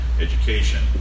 education